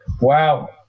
Wow